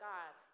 God